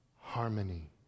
harmony